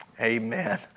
amen